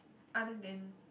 other than